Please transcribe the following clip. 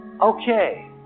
Okay